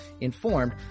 informed